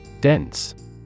Dense